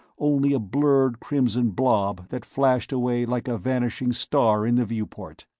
only a blurred crimson blob that flashed away like a vanishing star in the viewport.